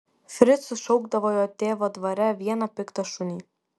fricu šaukdavo jo tėvo dvare vieną piktą šunį